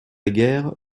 guerre